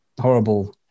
horrible